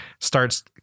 starts